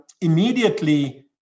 immediately